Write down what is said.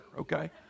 Okay